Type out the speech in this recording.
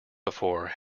before